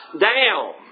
down